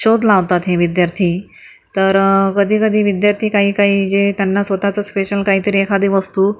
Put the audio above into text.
शोध लावतात हे विद्यार्थी तर कधीकधी विद्यार्थी काहीकाही जे त्यांना स्वतःचं स्पेशल काहीतरी एखादी वस्तू